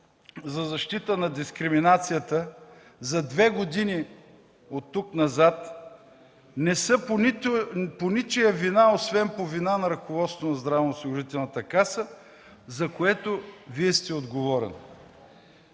за защита на дискриминацията за две години оттук назад – не са по ничия вина, освен по вина на ръководството на Здравноосигурителната каса, за което Вие сте отговорен.